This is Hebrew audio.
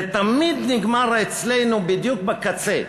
זה תמיד נגמר אצלנו בדיוק בקצה,